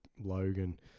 Logan